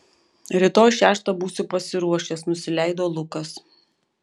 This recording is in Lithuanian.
rytoj šeštą būsiu pasiruošęs nusileido lukas